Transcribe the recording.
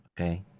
okay